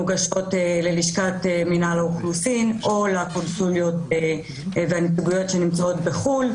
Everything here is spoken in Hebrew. מוגשות ללשכת מינהל האוכלוסין או לקונסוליות והנציגויות שנמצאות בחו"ל.